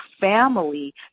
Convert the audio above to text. family